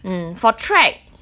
mm for track